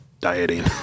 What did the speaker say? dieting